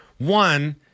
One